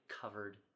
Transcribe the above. covered